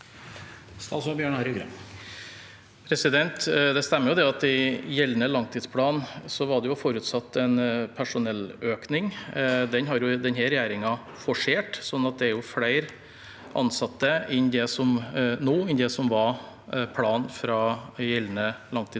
i gjeldende langtidsplan var forutsatt en personelløkning. Den har denne regjeringen forsert, så det er flere ansatte nå enn det som var planen fra gjeldende langtidsplan.